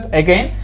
again